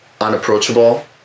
unapproachable